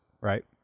right